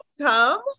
come